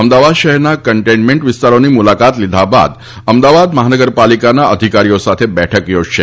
અમદાવાદ શહેરના કન્ટેનમેન્ટ વિસ્તારોની મુલાકાત લીધા બાદ અમદાવાદ મહાનગર પાલિકાના અધિકારીઓ સાથે બેઠક યોજશે